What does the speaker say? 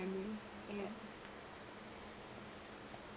yeah